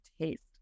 taste